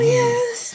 yes